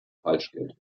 falschgeld